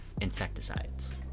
insecticides